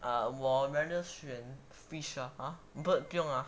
err 我 rather 选 fish ah bird 不用 lah